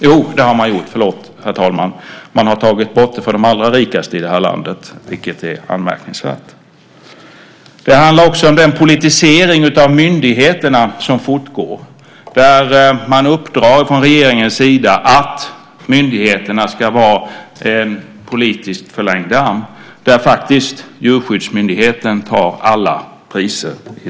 Jo, det har man gjort - förlåt, herr talman - för de allra rikaste i det här landet, vilket är anmärkningsvärt. Det handlar också om den politisering av myndigheterna som fortgår där man från regeringens sida uppdrar åt myndigheterna att vara politikens förlängda arm. I den genren tar Djurskyddsmyndigheten alla priser.